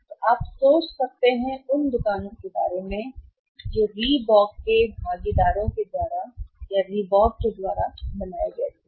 तो आप सोच सकते हैं उन दुकानों के बारे में जो रीबॉक के भागीदारों के रीबॉक द्वारा बनाए गए थे